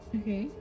okay